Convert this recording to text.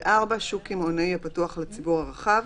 (4) שוק קמעונאי הפתוח לציבור הרחב,